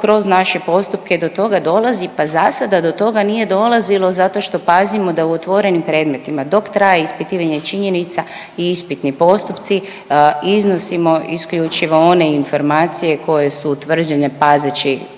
kroz naše postupke do toga dolazi? Pa za sada nije dolazilo zato što pazimo da u otvorenim predmetima dok traje ispitivanje činjenica i ispitni postupci iznosimo isključivo one informacije koje su utvrđene pazeći